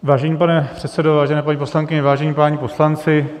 Vážený pane předsedo, vážené paní poslankyně, vážení páni poslanci.